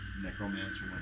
necromancer